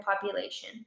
population